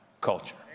culture